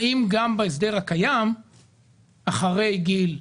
האם גם בהסדר הקיים אחרי גיל 65,